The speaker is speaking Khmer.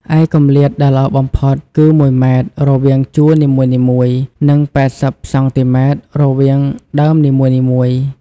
ឯគម្លាតដែលល្អបំផុតគឺ ១ ម៉ែត្រ រវាងជួរនីមួយៗ និង ៨០ សង់ទីម៉ែត្រ រវាងដើមនីមួយៗ។